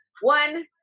one